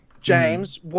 James